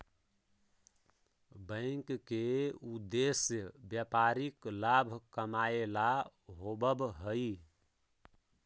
bank के उद्देश्य व्यापारिक लाभ कमाएला होववऽ हइ